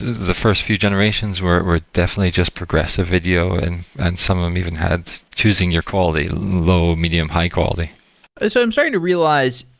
the first few generations were definitely just progressive video and and some of them even had choosing your quality low, medium and high quality ah so i'm starting to realize,